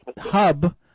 hub